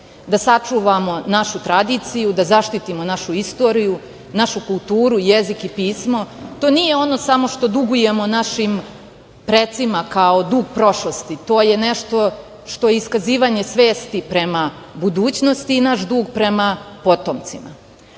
da sačuvamo našu tradiciju, da zaštitimo našu istoriju, našu kulturu, jezik i pismo, to nije ono što samo dugujemo našim precima kao dug prošlosti, to je nešto što je iskazivanje svesti prema budućnosti i naš dug prema potomcima. Ovom